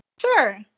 Sure